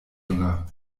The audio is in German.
jünger